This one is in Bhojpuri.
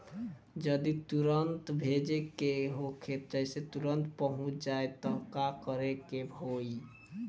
जदि तुरन्त भेजे के होखे जैसे तुरंत पहुँच जाए त का करे के होई?